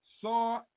saw